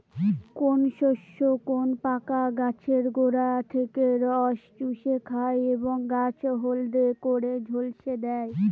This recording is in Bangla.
কোন শস্যে কোন পোকা গাছের গোড়া থেকে রস চুষে খায় এবং গাছ হলদে করে ঝলসে দেয়?